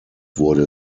wurde